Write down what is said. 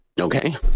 Okay